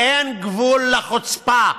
אין גבול לחוצפה.